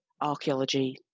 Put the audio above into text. archaeology